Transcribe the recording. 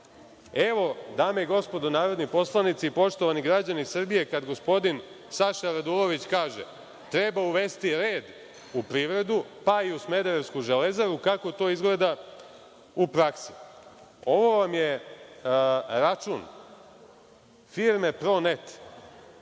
dame i gospodo narodni poslanici, poštovani građani Srbije, kad gospodin Saša Radulović kaže da treba uvesti red u privredu, pa i u smederevsku „Železaru“, kako to izgleda u praksi. Ovo vam je račun firme „ProNET“